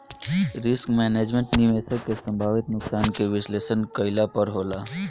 risk management, निवेशक के संभावित नुकसान के विश्लेषण कईला पर होला